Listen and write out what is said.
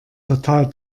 total